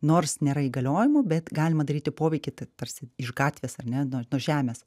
nors nėra įgaliojimų bet galima daryti poveikį tai tarsi iš gatvės ar ne nuo nuo žemės